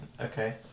Okay